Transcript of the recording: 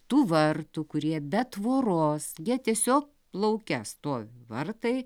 tų vartų kurie be tvoros jie tiesiog lauke stovi vartai